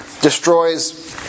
Destroys